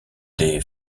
des